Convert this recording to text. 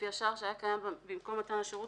לפי השער שהיה קיים במקום מתן השירות